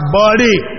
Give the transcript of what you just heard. body